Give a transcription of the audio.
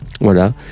voilà